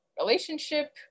relationship